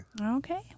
Okay